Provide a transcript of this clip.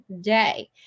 day